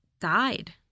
died